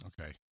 Okay